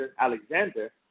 Alexander